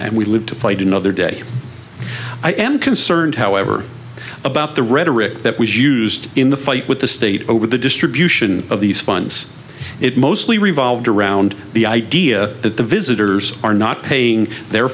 and we live to fight another day i am concerned however about the rhetoric that we used in the fight with the state over the distribution of these funds it mostly revolved around the idea that the visitors are not paying their